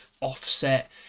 offset